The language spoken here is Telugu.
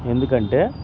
ఎందుకంటే